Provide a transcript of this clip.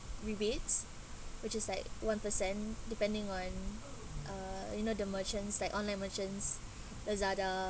rebates which is like one per cent depending on uh you know the merchants like online merchants lazada